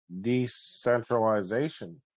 decentralization